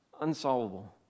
unsolvable